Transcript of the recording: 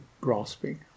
grasping